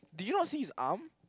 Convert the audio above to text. did you not see his arm